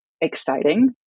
exciting